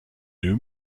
new